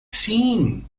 sim